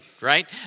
right